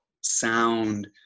sound